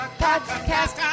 podcast